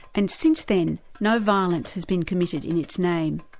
and since then, no violence has been committed in its name.